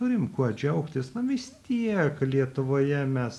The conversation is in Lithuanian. turim kuo džiaugtis na vis tiek lietuvoje mes